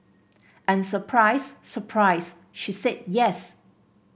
and surprise surprise she said yes